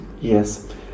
Yes